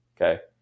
okay